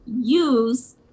use